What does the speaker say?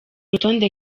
rutonde